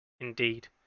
Indeed